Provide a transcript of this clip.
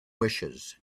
wishes